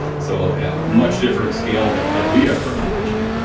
so, yeah, a much different scale than than we ever imagined.